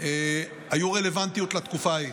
היו רלוונטיות לתקופה ההיא.